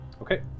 Okay